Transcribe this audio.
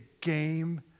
game